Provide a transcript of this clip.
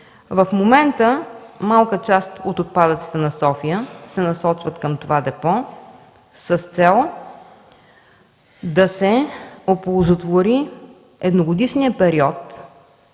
В момента малка част от отпадъците на София се насочват към това депо с цел да се оползотвори едногодишният период